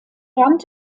rand